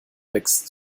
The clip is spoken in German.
wächst